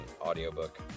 audiobook